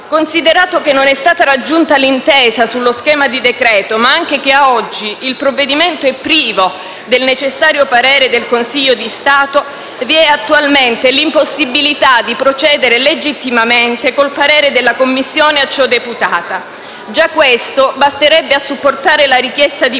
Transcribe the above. Considerato che non è stata raggiunta l'intesa sullo schema di decreto ma anche che oggi il provvedimento è privo del necessario parere del Consiglio di Stato, vi è attualmente l'impossibilità di procedere legittimamente con il parere della Commissione a ciò deputata. Già questo basterebbe a supportare la richiesta di